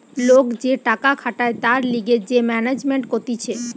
লোক যে টাকা খাটায় তার লিগে যে ম্যানেজমেন্ট কতিছে